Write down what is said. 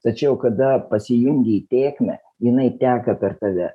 tačiau kada pasijungei tėkmę jinai teka per tave